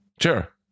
Sure